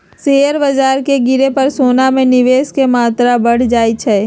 share बाजार के गिरे पर सोना में निवेश के मत्रा बढ़ जाइ छइ